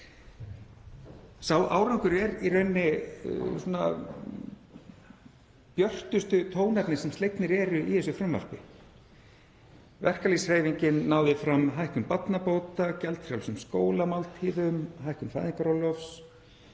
Sá árangur er í rauninni björtustu tónarnir sem slegnir eru í þessu frumvarpi. Verkalýðshreyfingin náði fram hækkun barnabóta, gjaldfrjálsum skólamáltíðum, hækkun fæðingarorlofs,